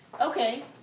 okay